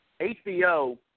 HBO